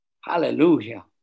Hallelujah